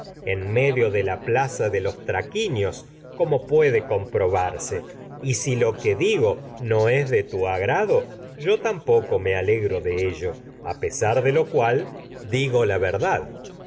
en medio de la plaza traquinios puede comprobarse y si lo qué yo digo a no es de tu agrado tampoco me alegro de ello pesar de lo cual digo la verdad